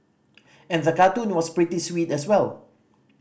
and the cartoon was pretty sweet as well